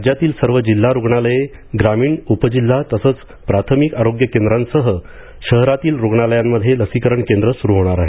राज्यातील सर्व जिल्हा रुग्णालये ग्रामीण उपजिल्हा तसंच प्राथमिक आरोग्य केंद्रांसह शहरातील रुग्णालयांमध्ये लसीकरण केंद्रं सुरू होणार आहेत